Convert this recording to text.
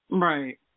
Right